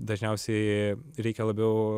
dažniausiai reikia labiau